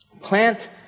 plant